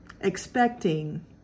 expecting